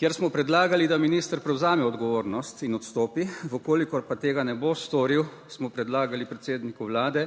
kjer smo predlagali, da minister prevzame odgovornost in odstopi, v kolikor pa tega ne bo storil, smo predlagali predsedniku Vlade,